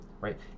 right